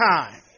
time